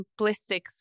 simplistic